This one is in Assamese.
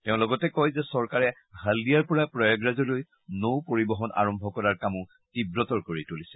তেওঁ লগতে কয় যে চৰকাৰে হালদিয়াৰ পৰা প্ৰয়াগৰাজলৈ নৌ পৰিবহণ আৰম্ভ কৰাৰ কামো তীৱতৰ কৰি তুলিছে